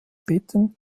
bitten